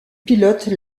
pilote